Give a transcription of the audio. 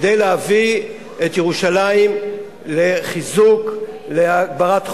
כדי להביא את ירושלים לחיזוק, להגברת חוסנה,